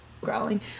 growling